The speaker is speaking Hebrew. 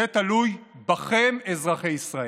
זה תלוי בכם, אזרחי ישראל.